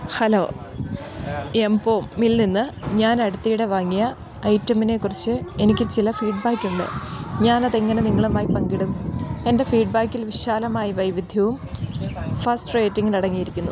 hello എംപോമിൽ നിന്ന് ഞാൻ അടുത്തിടെ വാങ്ങിയ ഐറ്റമിനെക്കുറിച്ച് എനിക്ക് ചില ഫീഡ്ബാക്കുണ്ട് ഞാനതെങ്ങനെ നിങ്ങളുമായി പങ്കിടും എൻ്റെ ഫീഡ്ബാക്കിൽ വിശാലമായ വൈവിധ്യവും ഫസ്റ്റ് റേറ്റിങ്ങുമടങ്ങിയിരിക്കുന്നു